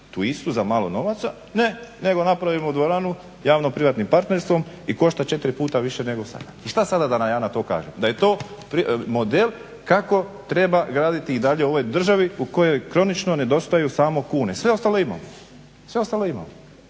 tu istu za malo novaca, ne nego napravimo dvoranu javno privatnim partnerstvom i košta četiri puta više nego sada. I šta sada da vam ja na to kažem, da je to model kako treba graditi i dalje u ovoj državi u kojoj kronično nedostaju samo kune, sve ostalo imamo. To je naš